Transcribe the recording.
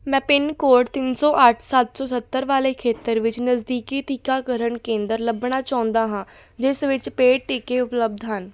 ਮੈਂ pin code ਤਿੰਨ ਸੌ ਅੱਠ ਸੱਤ ਸੌ ਸੱਤਰ ਵਾਲੇ ਖੇਤਰ ਵਿੱਚ ਨਜ਼ਦੀਕੀ ਟੀਕਾਕਰਨ ਕੇਂਦਰ ਲੱਭਣਾ ਚਾਹੁੰਦਾ ਹਾਂ ਜਿਸ ਵਿੱਚ ਪੇਡ ਟੀਕੇ ਉਪਲੱਬਧ ਹਨ